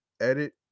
edit